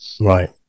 Right